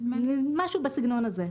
משהו בסגנון הזה.